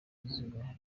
izuba